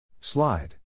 Slide